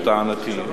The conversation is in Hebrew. לטענתי,